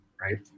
right